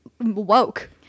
woke